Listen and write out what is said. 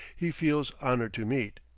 he feels honored to meet.